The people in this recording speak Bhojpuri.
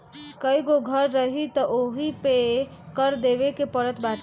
कईगो घर रही तअ ओहू पे कर देवे के पड़त बाटे